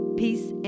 peace